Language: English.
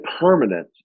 permanent